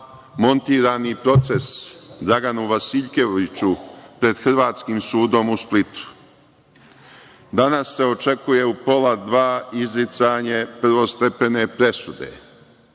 montirani proces Draganu Vasiljkeviću pred hrvatskim sudom u Splitu? Danas se očekuje u pola dva izricanje prvostepene presude.